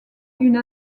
une